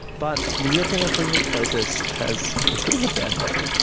but the european approvals process has a bit of a bad rep.